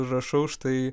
rašau štai